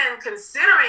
considering